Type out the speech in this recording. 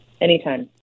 Anytime